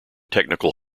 technical